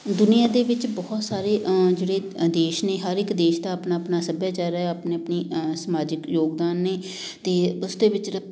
ਦੁਨੀਆਂ ਦੇ ਵਿੱਚ ਬਹੁਤ ਸਾਰੇ ਜਿਹੜੇ ਦੇਸ਼ ਨੇ ਹਰ ਇੱਕ ਦੇਸ਼ ਦਾ ਆਪਣਾ ਆਪਣਾ ਸੱਭਿਆਚਾਰ ਹੈ ਆਪਣੀ ਆਪਣੀ ਸਮਾਜਿਕ ਯੋਗਦਾਨ ਨੇ ਅਤੇ ਉਸ ਦੇ ਵਿੱਚ